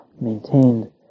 maintained